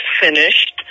finished